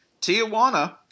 Tijuana